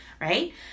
right